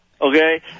Okay